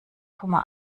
komma